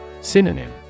Synonym